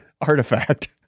artifact